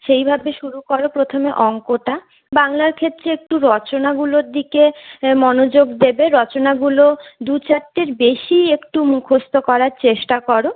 সেইভাবে শুরু করো প্রথমে অঙ্কটা বাংলার ক্ষেত্রে একটু রচনাগুলোর দিকে মনোযোগ দেবে রচনাগুলো দু চারটের বেশি একটু মুখস্ত করার চেষ্টা করো